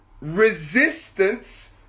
resistance